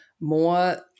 more